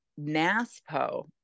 NASPO